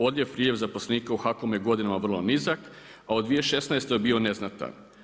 Odljev i priljev zaposlenika u HAKOM-u je godinama vrlo nizak, a u 2016. je bio neznatan.